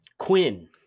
Quinn